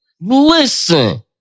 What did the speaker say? listen